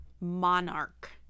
monarch